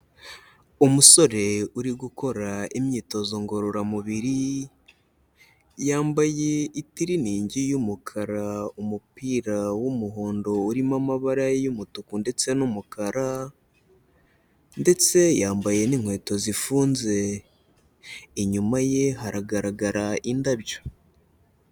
Umusore uri gukora imyitozo ngororamubiri, yambaye itiriningi y'umukara, umupira w'umuhondo urimo amabara y'umutuku ndetse n'umukara, ndetse yambaye n'inkweto zifunze, inyuma ye haragaragara indabyo.